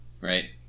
right